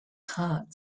heart